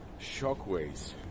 shockwaves